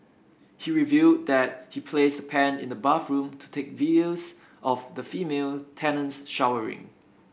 he revealed that he placed the pen in the bathroom to take videos of the female tenants showering